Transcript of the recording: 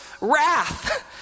wrath